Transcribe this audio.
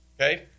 okay